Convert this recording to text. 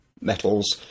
metals